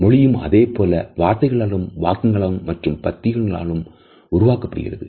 மொழியும் அதேபோல் வார்த்தைகளாலும் வாக்கியங்களாலும் மற்றும் பத்தி களாலும்உருவாக்கப்படுகிறது